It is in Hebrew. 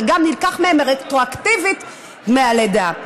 וגם נלקחים מהן רטרואקטיבית דמי הלידה.